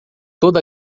toda